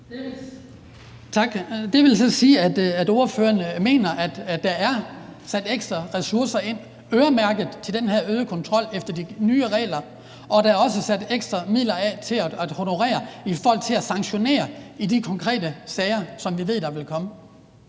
Det vil så sige, at ordføreren mener, at der er sat ekstra ressourcer af øremærket til den her øgede kontrol efter de nye regler, og at der også er sat ekstra midler af i forhold til at sanktionere i de konkrete sager, som vi ved der vil komme?